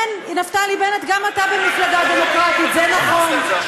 כן, נפתלי בנט, גם אתה במפלגה דמוקרטית, זה נכון.